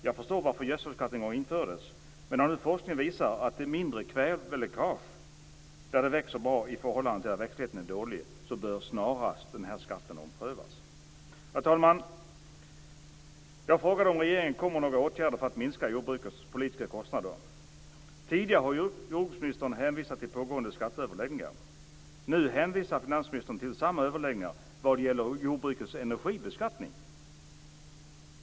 Jag förstår varför gödselskatten en gång infördes men när nu forskningen visar att det där det växer bra är mindre kväveläckage jämfört med hur det är där växtligheten är dålig bör denna skatt snarast omprövas. Herr talman! Jag har frågat om regeringen kommer med åtgärder för att minska jordbrukets politiska kostnader. Tidigare har ju jordbruksministern hänvisat till pågående skatteöverläggningar. Nu hänvisar finansministern till samma överläggningar vad gäller jordbrukets energibeskattning.